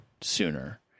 sooner